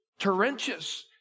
torrentious